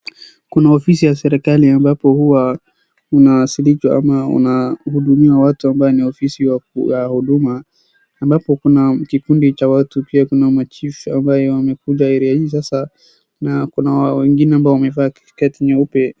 Kuna ofisi yaserikali ambapo huwa unawasilishwa ama unahudumiwa watu ambaye ni ofisi ya huduma ambapo kuna kikundi cha watu pia machiefs ambaye wamekuja area sasa na kuna wengine ambao wamevaa skirt nyeupe.